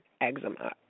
eczema